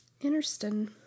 Interesting